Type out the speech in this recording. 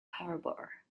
harbor